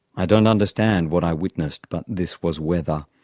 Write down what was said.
i don't understand what i witnessed but this was weather,